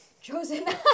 Chosen